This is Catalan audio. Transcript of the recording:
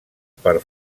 per